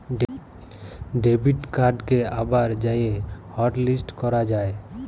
debit কাড়কে আবার যাঁয়ে হটলিস্ট ক্যরা যায়